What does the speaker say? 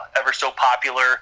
ever-so-popular